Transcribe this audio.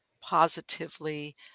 positively